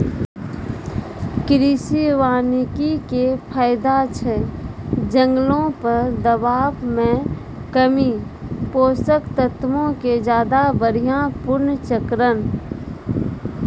कृषि वानिकी के फायदा छै जंगलो पर दबाब मे कमी, पोषक तत्वो के ज्यादा बढ़िया पुनर्चक्रण